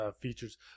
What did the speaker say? features